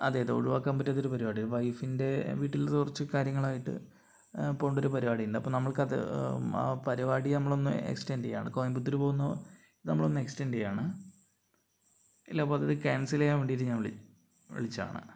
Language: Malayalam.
അതെ അത് ഒഴിവാക്കാൻ പറ്റാത്തൊരു പരിപാടിയാണ് വൈഫിൻ്റെ വീട്ടിൽ കുറച്ച് കാര്യങ്ങളായിട്ട് പോകേണ്ടൊരു പരിപാടിയുണ്ട് അപ്പോൾ നമ്മൾക്കത് ആ പരിപാടി നമ്മളൊന്ന് എക്സ്റ്റൻഡ് ചെയ്യുകയാണ് കോയമ്പത്തൂർ പോകുന്നത് നമ്മളൊന്ന് എക്സ്റ്റൻഡ് ചെയ്യുകയാണ് ഇല്ല പദ്ധതി ക്യാൻസൽ ചെയ്യാൻ വേണ്ടിയിട്ട് ഞാൻ വിളിച്ചതാണ്